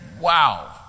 Wow